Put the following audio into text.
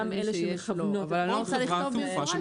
גם אלה שמכוונות אבל אני לא רוצה לכתוב במפורש.